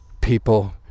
people